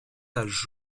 tache